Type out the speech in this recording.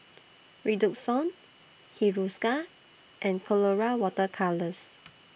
Redoxon Hiruscar and Colora Water Colours